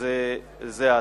וזה העתיד.